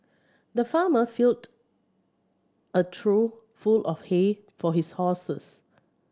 the farmer filled a trough full of hay for his horses